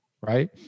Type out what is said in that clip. Right